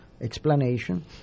explanation